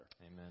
Amen